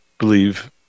believe